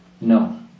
No